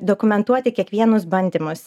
dokumentuoti kiekvienus bandymus